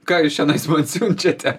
ką jūs čionais man siunčiate